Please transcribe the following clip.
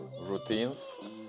routines